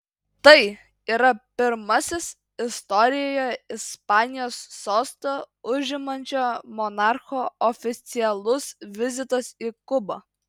tai yra pirmasis istorijoje ispanijos sostą užimančio monarcho oficialus vizitas į kubą